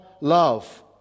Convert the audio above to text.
love